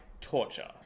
torture